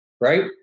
right